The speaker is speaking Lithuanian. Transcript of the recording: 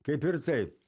kaip ir taip